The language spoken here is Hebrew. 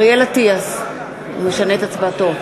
נגד אריאל אטיאס משנה את הצבעתו.